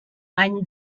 any